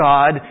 God